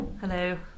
Hello